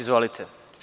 Izvolite.